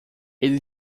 ele